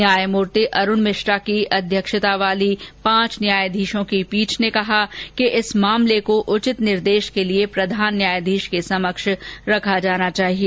न्यायमूर्ति अरूण मिश्रा की अध्यक्षता वाली पांच न्यायाधीशों की पीठ ने कहा कि इस मामले को उचित निर्देश के लिए प्रधान न्यायाधीश के समक्ष रखा जाना चाहिए